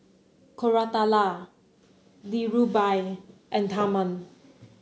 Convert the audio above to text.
Koratala Dhirubhai and Tharman